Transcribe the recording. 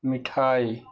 مٹھائی